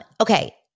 Okay